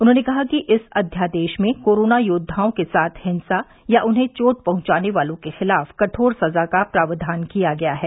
उन्होंने कहा कि इस अध्यादेश में कोरोना योद्वाओं के साथ हिंसा या उन्हें चोट पहुंचाने वालों के खिलाफ कठोर सजा का प्रावधान किया गया है